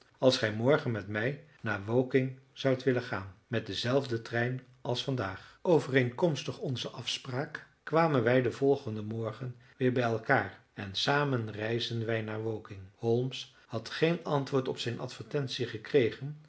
als gij morgen met mij naar woking zoudt willen gaan met denzelfden trein als vandaag overeenkomstig onze afspraak kwamen wij den volgenden morgen weer bij elkaar en samen reisden wij naar woking holmes had geen antwoord op zijn advertentie gekregen